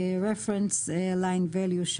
Reference line value,